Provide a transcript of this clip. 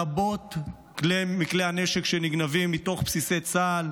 רבים מכלי הנשק שנגנבים מתוך בסיסי צה"ל,